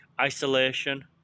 isolation